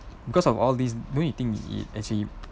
because of all these don't you think it actually